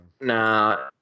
Nah